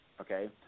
okay